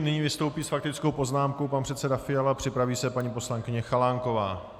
Nyní vystoupí s faktickou poznámkou pan předseda Fiala, připraví se paní poslankyně Chalánková.